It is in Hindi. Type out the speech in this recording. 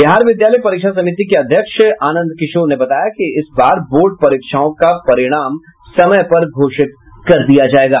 बिहार विद्यालय परीक्षा समिति के अध्यक्ष आनंद किशोर ने बताया कि इस बार बोर्ड परीक्षाओं का परिणाम समय पर घोषित कर दिया जायेगा